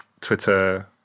Twitter